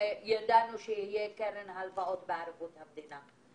שידענו שתהיה קרן הלוואות בערבות מדינה.